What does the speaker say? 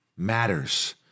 matters